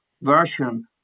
version